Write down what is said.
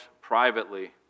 privately